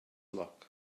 luck